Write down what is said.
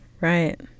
Right